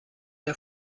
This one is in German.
der